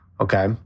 Okay